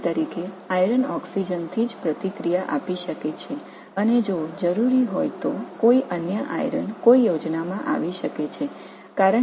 எடுத்துக்காட்டாக இரும்பு தானே ஆக்ஸிஜனுடன் வினைபுரியும் மேலும் மற்றொரு இரும்பு தேவைப்பட்டால் அது ஒரு திட்டத்திற்கு வரலாம்